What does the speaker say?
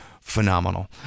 phenomenal